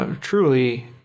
truly